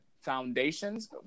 foundations